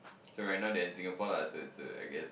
so right now they're in Singapore la so it's A_I guess